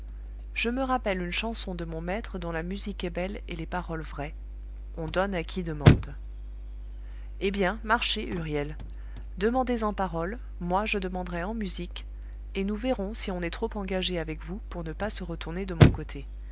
je me rappelle une chanson de mon maître dont la musique est belle et les paroles vraies on donne à qui demande eh bien marchez huriel demandez en paroles moi je demanderai en musique et nous verrons si on est trop engagé avec vous pour ne pas se retourner de mon côté